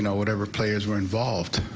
know, whatever players were involved.